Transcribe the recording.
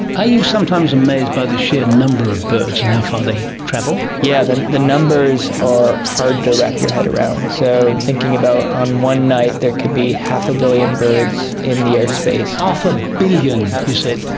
are you sometimes amazed by the sheer number of birds and how far they travel? yeah, the the numbers are hard to wrap your head around. so thinking about on one night there could be half a billion birds in the airspace. half a billion, you said? yeah,